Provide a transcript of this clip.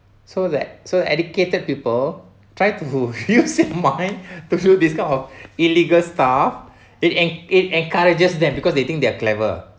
so that so the educated people try to use their mind to do this kind of illegal stuff it en~ it encourages them because they think they are clever